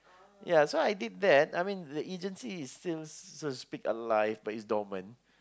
ya so I did that I mean the agency is still so to speak alive but it's dormant